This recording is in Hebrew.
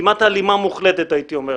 כמעט הלימה מוחלטת, הייתי אומר.